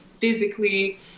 physically